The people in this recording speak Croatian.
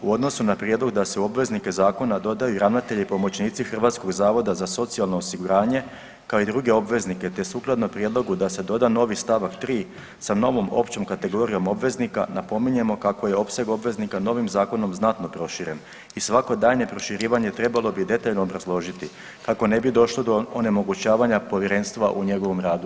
U odnosu na prijedlog da se u obveznike dodaju i ravnatelji i pomoćnici hrvatskog zavoda za socijalno osiguranje kao i druge obveznike, te sukladno prijedlogu da se doda novi stavak 3 sa novom općom kategorijom obveznika, napominjemo kako je opseg obveznika novim zakonom znatno proširen i svako daljnje proširivanje trebalo bi detaljno obrazložiti kako ne bi došlo do onemogućavanja Povjerenstva u njegovom radu.